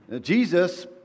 Jesus